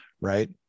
right